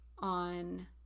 on